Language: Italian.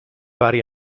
vari